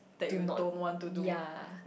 do not ya